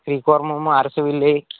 Srikurmam Arasavalli